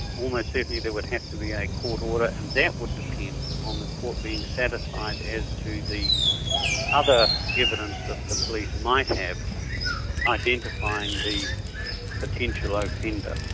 almost certainly there would have to be a court order, and that would depend on the court being satisfied as to the other evidence that the police might have identifying the potential offender.